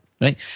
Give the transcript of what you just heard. right